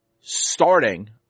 starting